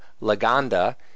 Lagonda